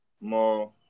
more